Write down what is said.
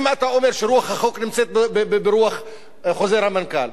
אם אתה אומר שרוח החוק נמצאת בחוזר המנכ"ל,